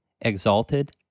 exalted